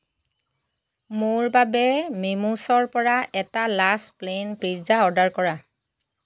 মোৰ বাবে মিমোছৰ পৰা এটা লাৰ্জ প্লেইন পিজ্জা অৰ্ডাৰ কৰা